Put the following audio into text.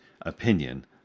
opinion